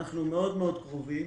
אנחנו מאוד קרובים